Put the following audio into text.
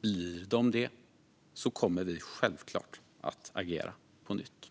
Blir de det kommer vi självklart att agera på nytt.